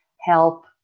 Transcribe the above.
help